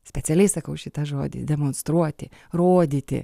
specialiai sakau šitą žodį demonstruoti rodyti